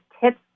tips